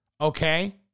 Okay